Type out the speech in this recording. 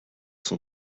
son